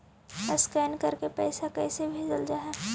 Scan करके पैसा कैसे भेजल जा हइ?